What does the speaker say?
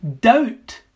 Doubt